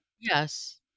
Yes